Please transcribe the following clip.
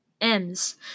M's